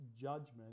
judgment